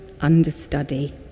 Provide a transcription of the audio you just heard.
understudy